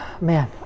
man